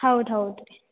ಹೌದು ಹೌದು ರೀ